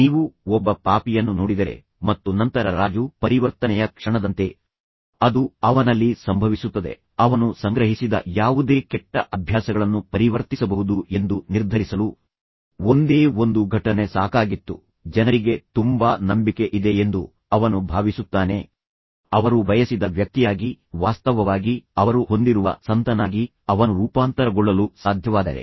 ನೀವು ಒಬ್ಬ ಪಾಪಿಯನ್ನು ನೋಡಿದರೆ ಮತ್ತು ನಂತರ ರಾಜು ಪರಿವರ್ತನೆಯ ಕ್ಷಣದಂತೆ ಅದು ಅವನಲ್ಲಿ ಸಂಭವಿಸುತ್ತದೆ ಅವನು ಸಂಗ್ರಹಿಸಿದ ಯಾವುದೇ ಕೆಟ್ಟ ಅಭ್ಯಾಸಗಳನ್ನು ಪರಿವರ್ತಿಸಬಹುದು ಎಂದು ನಿರ್ಧರಿಸಲು ಒಂದೇ ಒಂದು ಘಟನೆ ಸಾಕಾಗಿತ್ತು ಜನರಿಗೆ ತುಂಬಾ ನಂಬಿಕೆ ಇದೆ ಎಂದು ಅವನು ಭಾವಿಸುತ್ತಾನೆ ಅವರು ಬಯಸಿದ ವ್ಯಕ್ತಿಯಾಗಿ ವಾಸ್ತವವಾಗಿ ಅವರು ಹೊಂದಿರುವ ಸಂತನಾಗಿ ಅವನು ರೂಪಾಂತರಗೊಳ್ಳಲು ಸಾಧ್ಯವಾದರೆ